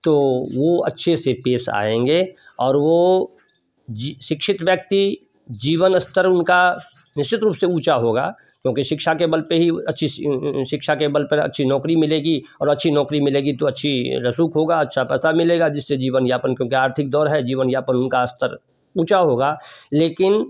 तो वह अच्छे से पेश आएंगे और वह जी शिक्षित व्यक्ति जीवन स्तर उनका निश्चित रूप से ऊँचा होगा क्योंकि शिक्षा के बल पर ही अच्छी शिक्षा के बल पर अच्छी नौकरी मिलेगी और अच्छी नौकरी मिलेगी तो अच्छी रसूख होगा अच्छा पैसा मिलेगा जिससे जीवन यापन क्योंकि आर्थिक दौर है जीवन यापन का स्तर ऊँचा होगा लेकिन